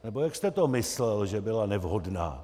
Nebo jak jste to myslel, že byla nevhodná?